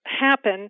happen